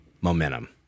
momentum